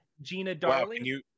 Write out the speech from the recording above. Gina-Darling